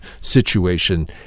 situation